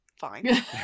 fine